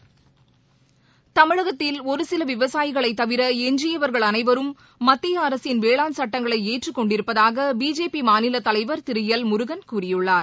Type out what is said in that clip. வேளாண் தமிழகத்தில் ஒருசிலவிவசாயிகளைதவிர எஞ்சியவர்கள் அனைவரும் மத்தியஅரசின் சட்டங்களைஏற்றுக் கொண்டிருப்பதாகபிஜேபிமாநிலத் தலைவர் திருஎல் முருகன் கூறியுள்ளார்